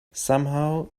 somehow